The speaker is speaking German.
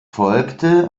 folgte